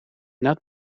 not